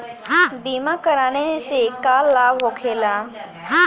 बीमा कराने से का लाभ होखेला?